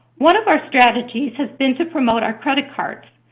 one of our strategies has been to promote our credit cards,